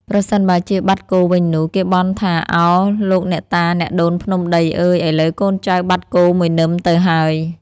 ប្រសិនបើជាបាត់គោវិញនោះ គេបន់ថា “ឱ ! លោកអ្នកតាអ្នកដូនភ្នំដីអើយ ! ឥឡូវកូនចៅបាត់គោមួយនឹមទៅហើយ